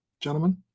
Gentlemen